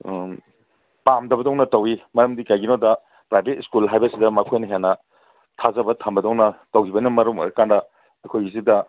ꯄꯥꯝꯗꯕꯗꯧꯅ ꯇꯧꯏ ꯃꯔꯝꯗꯤ ꯀꯩꯒꯤꯅꯣꯗ ꯄ꯭ꯔꯥꯏꯚꯦꯠ ꯁ꯭ꯀꯨꯜ ꯍꯥꯏꯕꯁꯤꯗ ꯃꯈꯣꯏꯅ ꯍꯦꯟꯅ ꯊꯥꯖꯕ ꯊꯝꯕꯗꯧꯅ ꯇꯧꯈꯤꯕꯅ ꯃꯔꯝ ꯑꯣꯏꯔꯀꯥꯟꯗ ꯑꯩꯈꯣꯏꯒꯤꯁꯤꯗ